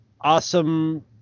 awesome